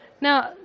Now